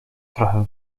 trochę